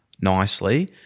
nicely